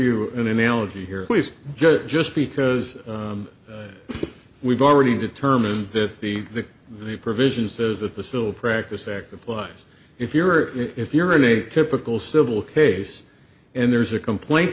you an analogy here please judge just because we've already determined that the the provisions says that the still practice act applies if you're in if you're in a typical civil case and there's a complaint